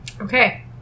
okay